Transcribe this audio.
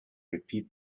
repeat